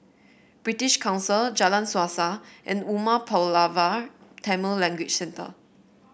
British Council Jalan Suasa and Umar Pulavar Tamil Language Centre